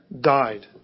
died